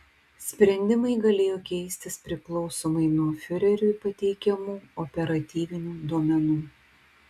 sprendimai galėjo keistis priklausomai nuo fiureriui pateikiamų operatyvinių duomenų